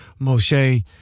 Moshe